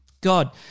God